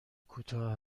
کوتاه